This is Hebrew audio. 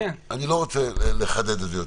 אני לא רוצה לחדד את זה יותר,